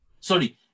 sorry